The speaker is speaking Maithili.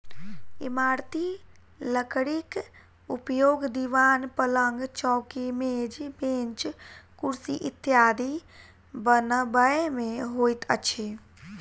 इमारती लकड़ीक उपयोग दिवान, पलंग, चौकी, मेज, बेंच, कुर्सी इत्यादि बनबय मे होइत अछि